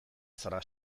zara